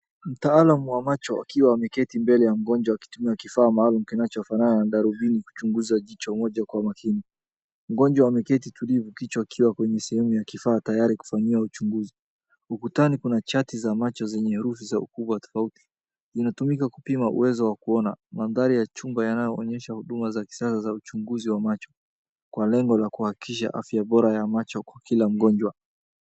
Mtaalam wa macho akiwa ameketi mbele ya mgonjwa akitumia kifaa maalum kinachofanana na darubini kuchunguza jicho moja kwa makini. Mgonjwa ameketi tulivu kichwa ikiwa kwenye sehemu ya kifaa tayari kufanyiwa uchunguzi. Ukutani kuna chati za macho zenye herufi za ukubwa tofauti vinatumika kupima uwezo wa kuona mandhari ya chumba yanayoonyesha huduma za kisasa za uchunguzi wa macho kwa lengo la kuhakikisha afya bora ya macho kwa kila mgonjwa.